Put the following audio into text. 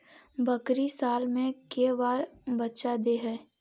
बकरी साल मे के बार बच्चा दे है?